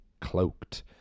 cloaked